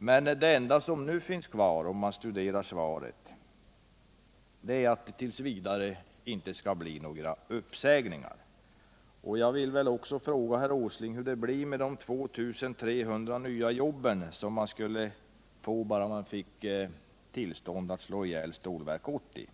Jag konstaterar bara att det framgår av svaret att det enda som nu finns kvar när det gäller Stålverk 80 är löftet om att dett. v. inte skall bli några uppsägningar vid NJA. Jag vill i sammanhanget fråga herr Åsling hur det blir med de 2 300 nya jobb som skulle ordnas om man bara fick lov att slå ihjäl Stålverk 80.